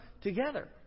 together